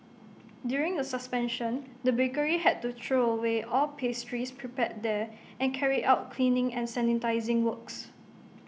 during the suspension the bakery had to throw away all pastries prepared there and carry out cleaning and sanitising works